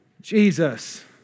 Jesus